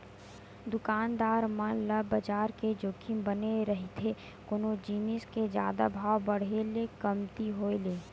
दुकानदार मन ल बजार के जोखिम बने रहिथे कोनो जिनिस के जादा भाव बड़हे ले कमती होय ले